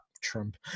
Trump